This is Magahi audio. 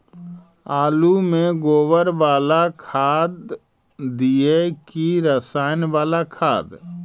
आलु में गोबर बाला खाद दियै कि रसायन बाला खाद?